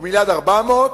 או מיליארד ו-400 מיליון,